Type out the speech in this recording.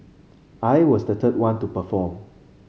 I was the third one to perform